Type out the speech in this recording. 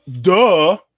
duh